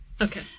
okay